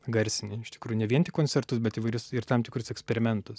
garsinį iš tikrųjų ne vien koncertus bet įvairius ir tam tikrus eksperimentus